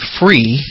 free